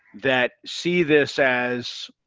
that see this as